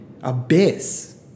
abyss